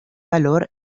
valor